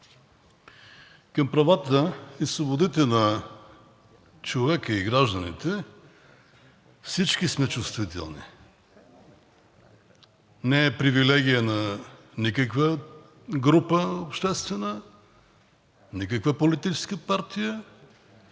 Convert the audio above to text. към правата и свободите на човека и гражданите всички сме чувствителни. Не е привилегия на никаква обществена група, на никаква политическа партия